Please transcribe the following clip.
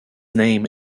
name